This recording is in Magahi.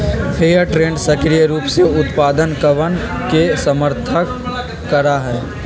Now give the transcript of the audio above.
फेयर ट्रेड सक्रिय रूप से उत्पादकवन के समर्थन करा हई